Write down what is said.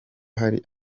hari